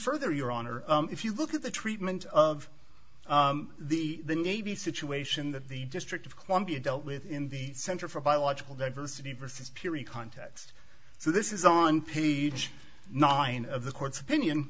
further your honor if you look at the treatment of the navy situation that the district of columbia dealt with in the center for biological diversity versus piri context so this is on page nine of the court's opinion